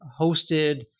hosted